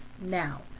now